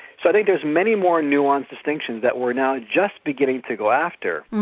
so i think there's many more nuanced distinctions that we're now just beginning to go after.